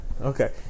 Okay